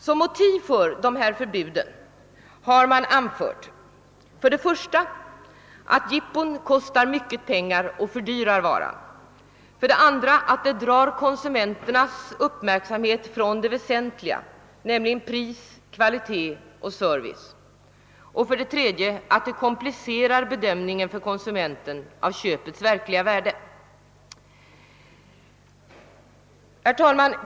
Som motiv till de här förbuden har man för det första anfört att jippon kostar mycket pengar och fördyrar varan, för det andra att det drar konsumenternas uppmärksamhet från det väsentliga, nämligen pris, kvalitet och service, och för det tredje att det komplicerar bedömningen för konsumenterna av köpets verkliga värde. Herr talman!